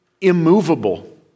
immovable